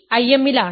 b Im ലാണ്